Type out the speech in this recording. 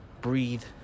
breathe